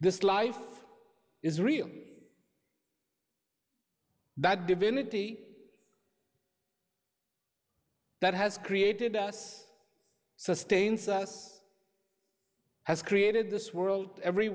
this life is real that divinity that has created us us sustains has created this world every